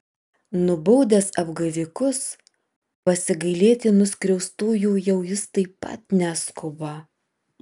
nubaudęs apgavikus pasigailėti nuskriaustųjų jau jis taip pat neskuba